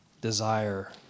desire